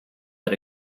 but